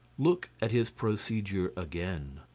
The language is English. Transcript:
look at his procedure again.